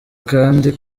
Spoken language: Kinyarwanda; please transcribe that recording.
kandi